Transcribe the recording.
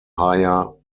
higher